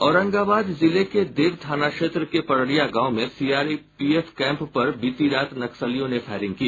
औरंगाबाद जिले के देव थाना क्षेत्र के पड़रिया गांव में सीआरपीएफ कैम्प पर बीती रात नक्सलियों ने फायरिंग की